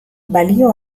balio